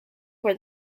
for